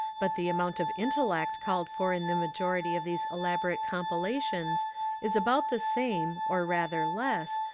but the amount of intellect called for in the majority of these elaborate compilations is about the same, or rather less,